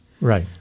Right